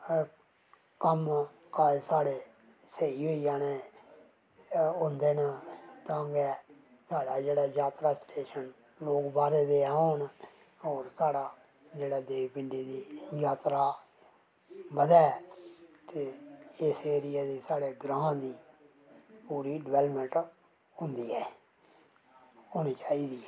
कम्म काज़ साढ़े स्हेई होई जाने होंदे न तां गै साढ़ा जेह्ड़ा जात्तरा स्टेशन लोक बाह्रे दे औन और साढ़ा जेह्ड़ा देवी पिण्डी दी जात्तरा बदै ते साढ़े इस एरिये दी साढ़ै ग्रांऽ दी पूरी डनैलमैंट होंदी ऐ होना चाहिदी